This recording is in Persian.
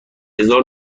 هزار